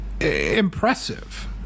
impressive